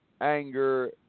anger